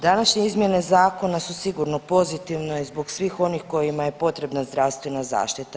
Današnje izmjene zakona su sigurno pozitivno i zbog svih onih kojima je potrebna zdravstvena zaštita.